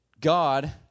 God